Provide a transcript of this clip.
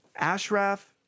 Ashraf